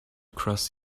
cross